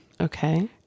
Okay